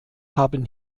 haben